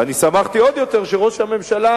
ושמחתי עוד יותר שראש הממשלה,